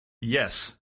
Yes